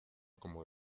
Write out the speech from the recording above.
como